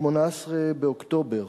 ב-18 באוקטובר